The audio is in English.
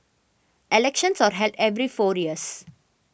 elections are held every four years